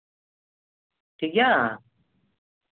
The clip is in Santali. ᱴᱷᱤᱠᱜᱮᱭᱟ